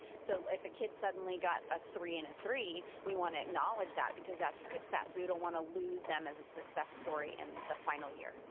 so if a kid suddenly got a three and a three, we wanna acknowledge that, because that's a success. we we don't wanna lose them as a success story in the final year.